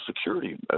security